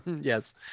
Yes